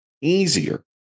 easier